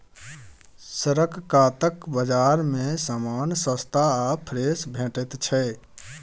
सड़क कातक बजार मे समान सस्ता आ फ्रेश भेटैत छै